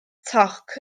toc